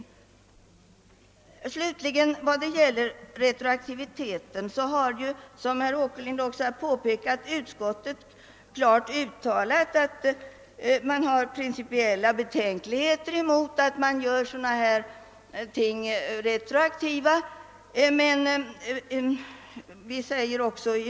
Vad slutligen beträffar retroaktiviteten har, vilket också påpekats av herr Åkerlind, utskottet klart uttalat att det hyser principiella betänkligheter mot retroaktivitet på detta område.